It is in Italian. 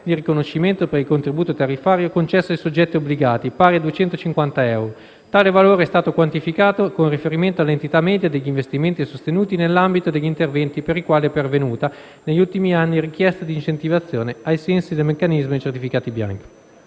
di riconoscimento per il contributo tariffario concesso ai soggetti obbligati, pari a 250 euro. Tale valore è stato quantificato con riferimento all'entità media degli investimenti sostenuti nell'ambito degli interventi per i quali è pervenuta, negli ultimi anni, richiesta di incentivazione ai sensi del meccanismo dei certificati bianchi.